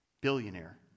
billionaire